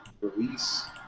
release